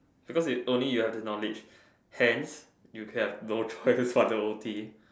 because it is only you have the knowledge hence you have no choice but to O